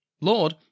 Lord